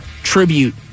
tribute